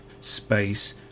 space